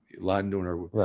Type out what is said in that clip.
landowner